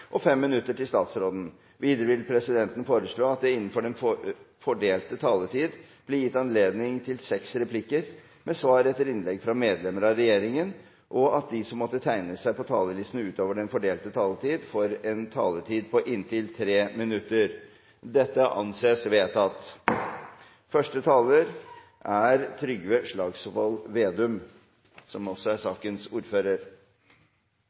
og 5 minutter til statsråden. Videre vil presidenten foreslå at det blir gitt anledning til seks replikker med svar etter innlegg fra medlemmer av regjeringen innenfor den fordelte taletid, og at de som måtte tegne seg på talerlisten utover den fordelte taletid, får en taletid på inntil 3 minutter. – Det anses vedtatt. I komiteen har vi hatt en ganske enkel behandling av dette Dokument 8-forslaget. Det er ikke fordi det ikke er